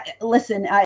listen